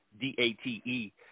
D-A-T-E